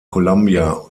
columbia